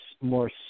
more